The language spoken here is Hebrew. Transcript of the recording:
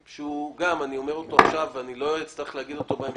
שאני אומר אותו עכשיו ואני לא אצטרך להגיד אותו בהמשך,